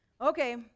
Okay